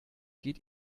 geht